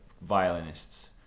violinists